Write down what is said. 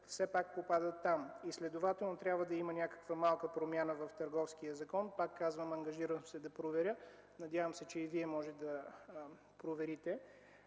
все пак попадат там. Следователно трябва да има някаква малка промяна в Търговския закон, пак казвам, ангажирам се да проверя. Надявам се, че и Вие ще проверите